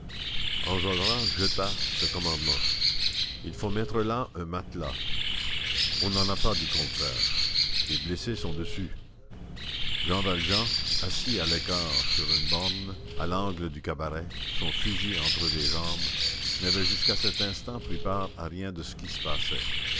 enjolras jeta ce commandement il faut mettre là un matelas on n'en a pas dit combeferre les blessés sont dessus jean valjean assis à l'écart sur une borne à l'angle du cabaret son fusil entre les jambes n'avait jusqu'à cet instant pris part à rien de ce qui se passait